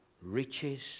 Riches